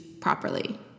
properly